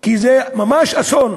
כי זה ממש אסון.